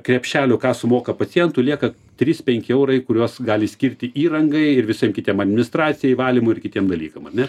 krepšelių ką sumoka pacientui lieka trys penki eurai kuriuos gali skirti įrangai ir visiem kitiem administracijai valymui ir kitiem dalykam ar ne